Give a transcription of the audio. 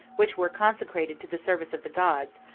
which were consecrated to the service of the gods,